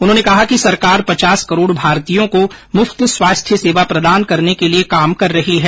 उन्होंने कहा कि सरकार पचास करोड़ भारतीयों को मुफ्त स्वास्थ्य सेवा प्रदान करने के लिए काम कर रही है